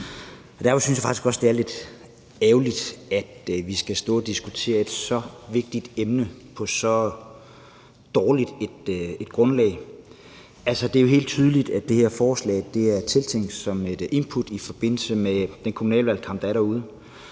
Derfor synes jeg faktisk også, det er lidt ærgerligt, at vi skal stå og diskutere et så vigtigt emne på så dårligt et grundlag. Det er jo helt tydeligt, at det her forslag er tænkt som et input i forbindelse med den kommunale valgkamp, der er derude.